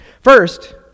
First